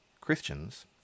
Christians